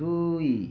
ଦୁଇ